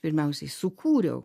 pirmiausiai sukūriau